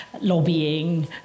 lobbying